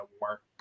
work